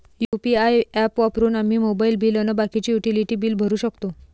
UPI app वापरून आम्ही mobile bill अन बाकीचे युटिलिटी बिल भरू शकतो